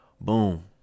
boom